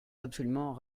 absolument